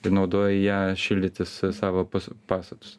ir naudoja ją šildytis savo pastatus